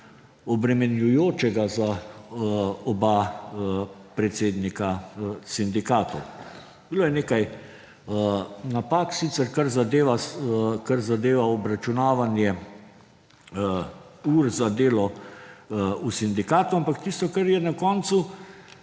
obremenjujočega za oba predsednika sindikatov. Bilo je nekaj napak sicer, kar zadeva obračunavanje ur za delo v sindikatu, ampak tisto, kar je na koncu